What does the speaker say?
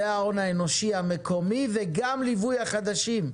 זה ההון האנושי המקומי וגם ליווי החדשים.